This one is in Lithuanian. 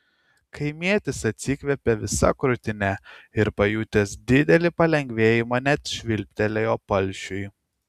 kaimietis atsikvėpė visa krūtine ir pajutęs didelį palengvėjimą net švilptelėjo palšiui